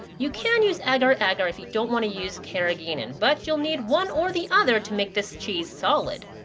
you can use agar agar if you don't want to use carrageenan. but you'll need one or the other to make this cheese solid.